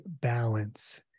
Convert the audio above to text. balance